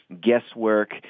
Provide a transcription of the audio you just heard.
guesswork